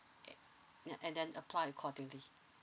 eh and then apply accordingly